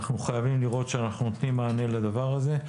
אנחנו חייבים לראות שאנחנו נותנים מענה לדבר הזה.